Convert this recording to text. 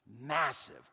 Massive